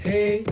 Hey